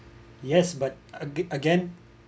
yes but again again